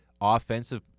offensive